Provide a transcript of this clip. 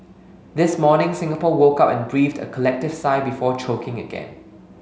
this morning Singapore woke up and breathed a collective sigh before choking again